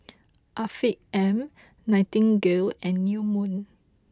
Afiq M Nightingale and New Moon